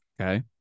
Okay